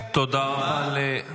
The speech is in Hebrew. יש עוד חוקים